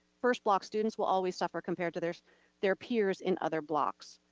first block students will always suffer compared to their their peers in other blocks.